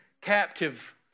captive